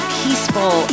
peaceful